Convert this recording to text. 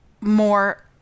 more